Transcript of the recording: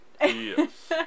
Yes